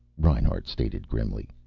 reinhart stated grimly.